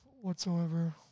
whatsoever